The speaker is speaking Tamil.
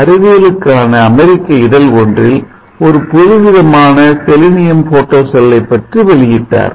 அறிவியலுக்கான அமெரிக்க இதழ் ஒன்றில் ஒரு புது விதமான செலினியம் போட்டோசெல்லை பற்றி வெளியிட்டார்